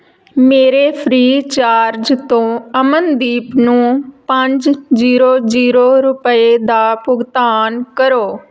ਮੇਰੇ ਫ੍ਰੀਚਾਰਜ ਤੋਂ ਅਮਨਦੀਪ ਨੂੰ ਪੰਜ ਜ਼ੀਰੋ ਜ਼ੀਰੋ ਰੁਪਏ ਦਾ ਭੁਗਤਾਨ ਕਰੋ